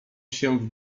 się